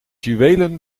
juwelen